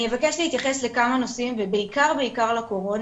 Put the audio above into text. אני אבקש להתייחס לכמה נושאים ובעיקר לקורונה,